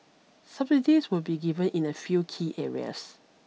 subsidies will be given in a few key areas